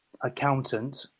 accountant